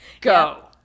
Go